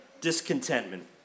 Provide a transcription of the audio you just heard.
discontentment